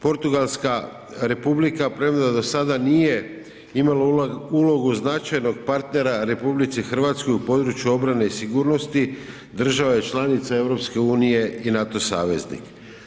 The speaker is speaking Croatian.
Portugalska Republika, premda do sada nije imala ulogu značajnog partnera RH u području obrane i sigurnosti država je članica EU i NATO saveznik.